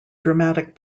dramatic